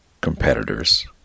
competitors